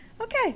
okay